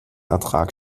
ertrag